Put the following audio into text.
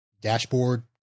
Dashboard